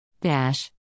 Dash